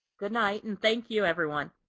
goodnight and thank you everyone.